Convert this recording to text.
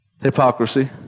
hypocrisy